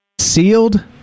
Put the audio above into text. sealed